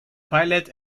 pilot